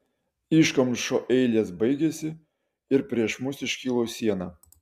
iškamšų eilės baigėsi ir prieš mus iškilo siena